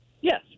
Yes